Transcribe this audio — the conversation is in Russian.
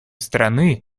страны